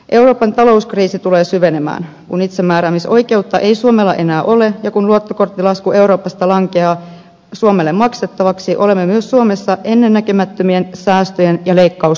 euroopan talouskriisi tulee syvenemään kun itsemääräämisoikeutta ei suomella enää ole ja kun luottokorttilasku euroopasta lankeaa suomelle maksettavaksi olemme myös suomessa ennennäkemättömien säästöjen ja leikkausten edessä